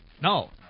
No